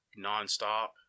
nonstop